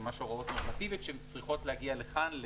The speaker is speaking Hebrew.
הוראות נורמטיביות שצריכות להגיע לכאן,